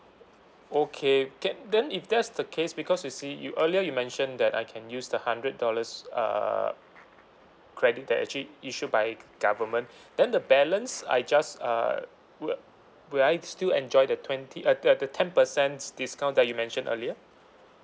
okay ca~ then if that's the case because you see you earlier you mention that I can use the hundred dollars uh credit that actually issued by government then the balance I just uh will will I still enjoy the twenty uh the the ten percents discount that you mention earlier